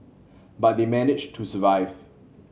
but they manage to survive